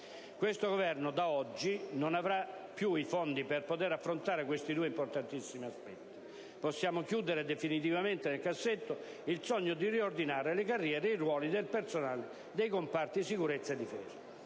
Il Governo, da oggi, non avrà più i fondi per affrontare questi due importantissimi aspetti della questione. Possiamo chiudere definitivamente nel cassetto il sogno di riordinare le carriere e i ruoli del personale dei comparti sicurezza e difesa.